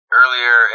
earlier